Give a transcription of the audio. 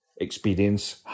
experience